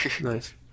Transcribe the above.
Nice